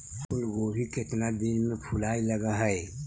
फुलगोभी केतना दिन में फुलाइ लग है?